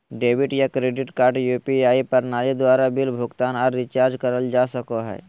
debit या credit card UPI प्रणाली द्वारा बिल भुगतान आर रिचार्ज करल जा सको हय